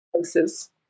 places